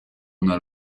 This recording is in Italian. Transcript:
una